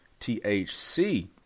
THC